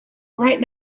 right